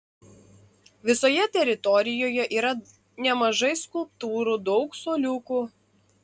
visoje teritorijoje yra nemažai skulptūrų daug suoliukų